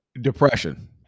Depression